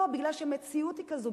לא, מפני שהמציאות היא כזאת.